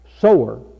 sower